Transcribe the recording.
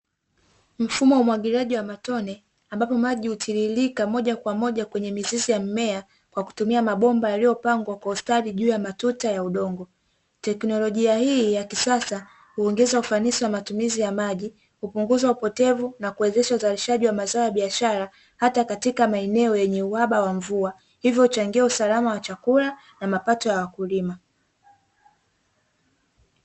Mfumo wa umwagiliaji wa matone ambapo maji hutiririka moja kwa moja kwenye mizizi ya mmea, kwa kutumia mabomba yalipongwa kwa ustadi juu ya matuta ya udongo. Teknolojia hii ya kisasa, huongeza ufanisi wa matumizi ya maji, hupunguza upotevu na kuwezesha uzalishaji wa mazao ya biashara, hata katika maeneo yenye uhaba wa mvua, hivyo huchangia usalama wa chakula na mapato ya wakulima.